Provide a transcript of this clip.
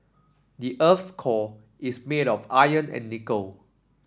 the earth's core is made of iron and nickel